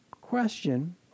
question